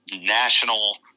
National